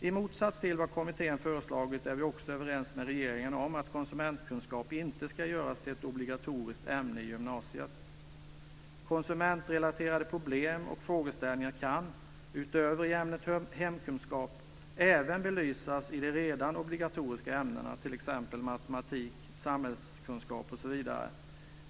I motsats till vad kommittén föreslagit är vi också överens med regeringen om att konsumentkunskap inte ska göras till ett obligatoriskt ämne i gymnasiet. Konsumentrelaterade problem och frågeställningar kan, utöver i ämnet hemkunskap, även belysas i de redan obligatoriska ämnena, t.ex. matematik, samhällskunskap osv.